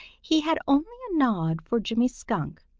he had only a nod for jimmy skunk,